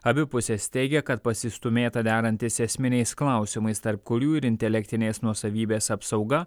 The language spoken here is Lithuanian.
abi pusės teigia kad pasistūmėta derantis esminiais klausimais tarp kurių ir intelektinės nuosavybės apsauga